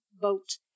boat